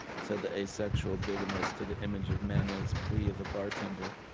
said the asexual bigamist to the image of mayonnaise plea of a bartender.